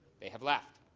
they have left.